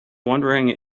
wondering